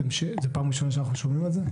זה פעם ראשונה שאנחנו שומעים על זה?